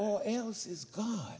oh god